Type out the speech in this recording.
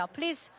Please